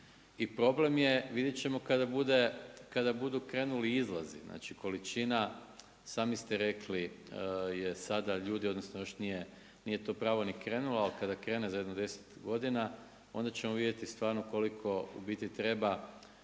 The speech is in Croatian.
i problem je, vidjet ćemo kada budu krenuli izlazi, znači, količina sami ste rekli, je sada ljudi, odnosno još to nije pravo ni krenulo, ali za jedno 10 godina, onda ćemo vidjeti stvarno koliko u biti treba